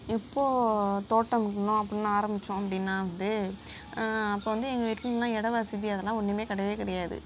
எப்போது தோட்டம் விடணும் அப்படின்னு ஆரமிச்சோம் அப்படின்னா வந்து அப்போ வந்து எங்கள் வீட்டிலலான் இட வசதி அதெல்லாம் ஒன்றுமே கிடையவே கிடையாது